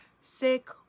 sick